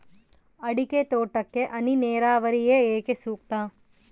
ಅಡಿಕೆ ತೋಟಕ್ಕೆ ಹನಿ ನೇರಾವರಿಯೇ ಏಕೆ ಸೂಕ್ತ?